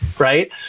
right